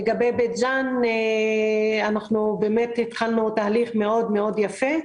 לגבי בית ג'אן, באמת התחלנו תהליך מאוד מאוד יפה.